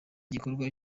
gikorwa